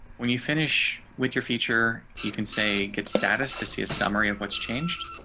when you finish with your feature you can say get status to see a summary of what's changed.